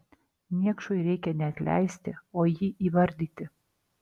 niekšui reikia ne atleisti o jį įvardyti